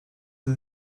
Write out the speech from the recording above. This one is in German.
sie